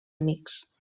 amics